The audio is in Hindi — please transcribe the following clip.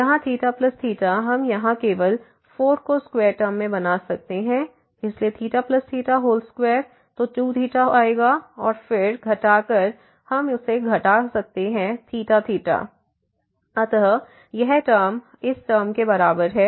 यहाँ हम यहाँ केवल 4 को स्क्वेयर टर्म बना सकते हैं इसलिए 2 तो 2 आएगा और फिर घटाकर हम उसे घटा सकते हैं अत यह टर्म इस टर्म के बराबर है